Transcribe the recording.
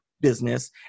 business